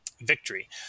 victory